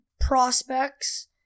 Prospects